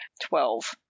Twelve